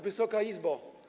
Wysoka Izbo!